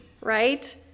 right